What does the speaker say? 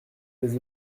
des